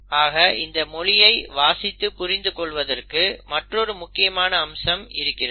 ஆக இந்த மொழியை வாசித்து புரிந்து கொள்வதற்கு மற்றொரு முக்கியமான அம்சம் இருக்கிறது